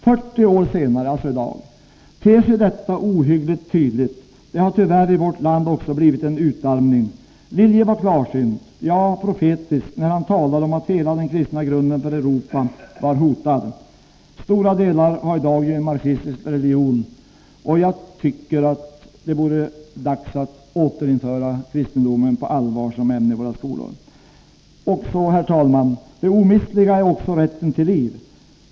40 år senare, alltså i dag, ter sig detta ohyggligt tydligt — det har tyvärr i vårt land också blivit en utarmning. Lilje var klarsynt, ja profetisk, när han talade om att hela den kristna grunden för Europa var hotad. Stora delar har i dag en marxistisk religion, och jag tycker att det vore dags att återinföra kristendomen på allvar som ämne i våra skolor. Herr talman! Det omistliga är också rätten till liv.